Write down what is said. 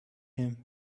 him